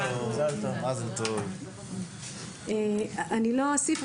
163. אני לא אוסיף,